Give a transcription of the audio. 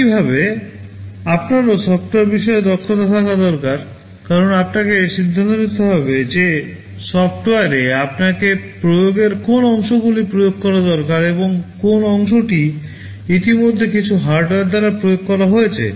একইভাবে আপনারও সফ্টওয়্যার বিষয়ে দক্ষতা থাকা দরকার কারণ আপনাকে সিদ্ধান্ত নিতে হবে যে সফ্টওয়্যারে আপনাকে প্রয়োগের কোন অংশগুলি প্রয়োগ করা দরকার এবং কোন অংশটি ইতিমধ্যে কিছু হার্ডওয়্যার দ্বারা প্রয়োগ করা হয়েছে